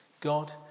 God